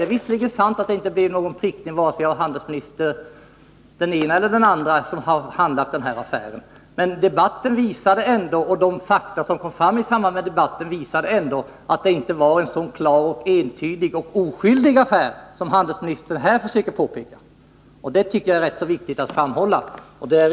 Det är visserligen sant att det inte blev någon prickning av vare sig den ena eller andra handelministern som har handlagt den här affären, men debatten och de fakta som kom fram i samband med den visade ändå att det inte var en så klar och entydig och oskyldig affär som handelsministern här försöker göra gällande. Det är viktigt att framhålla det.